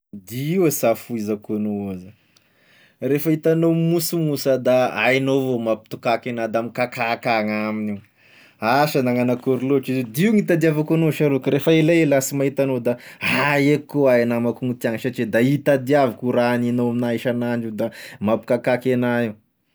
Dia io e s'afoizako anao oa za, rehefa hitanao mimonsimonsy ah da hainao avao mampitokaky agnahy da mikakaka agnah amin'io asa nagnano akory loatry izy d'io gn'hitadiavako anao sha rô, ka rehefa elaela ah sy mahita anao da aia koa i namako igny hintiagna satria da hitadiaviko i raha agnignao aminah isan'andro io da mampikakaky agnah io.